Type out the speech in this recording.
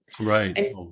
Right